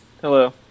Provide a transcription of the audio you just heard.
hello